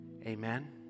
Amen